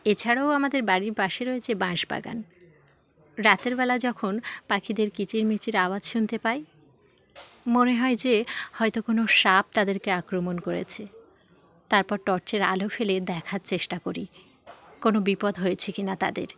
এছাড়াও আমাদের বাড়ির পাশে রয়েছে বাঁশ বাগান রাতেরবেলা যখন পাখিদের কিচিরমিচির আওয়াজ শুনতে পাই মনে হয় যে হয়তো কোনো সাপ তাদেরকে আক্রমণ করেছে তারপর টর্চের আলো ফেলে দেখার চেষ্টা করি কোনো বিপদ হয়েছে কিনা তাদের